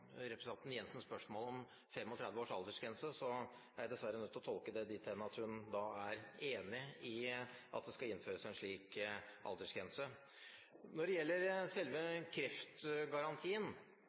Jensens spørsmål om 35 års aldersgrense, er jeg dessverre nødt til å tolke det dit hen at hun da er enig i at det skal innføres en slik aldersgrense. Når det gjelder selve